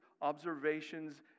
observations